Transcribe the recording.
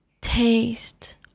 taste